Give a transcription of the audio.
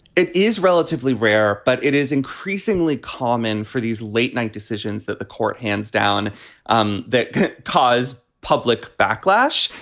it is relatively rare, but it is increasingly common for these late night decisions that the court hands down um that cause public backlash.